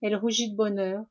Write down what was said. elle rougit de bonheur